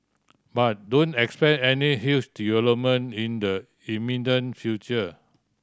but don't expect any huge development in the imminent future